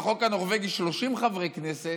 בחוק הנורבגי 30 חברי כנסת,